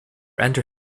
enter